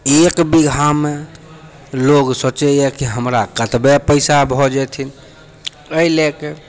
एक बीघामे लोग सोचैए की हमरा कतबए पैसा भए जेथिन अइ लएके